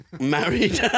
Married